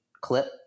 clip